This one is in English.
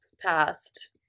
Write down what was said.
past